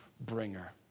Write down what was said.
bringer